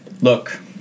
look